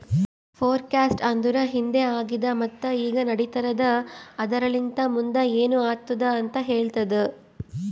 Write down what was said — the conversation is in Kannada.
ಫೋರಕಾಸ್ಟ್ ಅಂದುರ್ ಹಿಂದೆ ಆಗಿದ್ ಮತ್ತ ಈಗ ನಡಿತಿರದ್ ಆದರಲಿಂತ್ ಮುಂದ್ ಏನ್ ಆತ್ತುದ ಅಂತ್ ಹೇಳ್ತದ